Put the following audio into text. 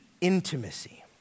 intimacy